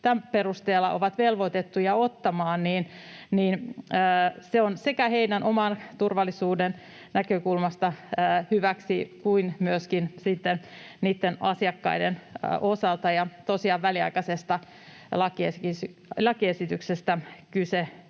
tämän perusteella ovat velvoitettuja ottamaan, niin se on sekä heidän oman turvallisuutensa näkökulmasta hyväksi kuin myöskin sitten niitten asiakkaiden osalta. Tosiaan väliaikaisesta lakiesityksestä on